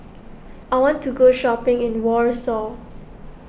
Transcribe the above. I want to go shopping in Warsaw